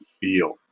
feel